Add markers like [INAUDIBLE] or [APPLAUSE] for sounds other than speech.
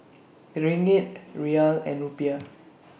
Ringgit Riyal and Rupiah [NOISE]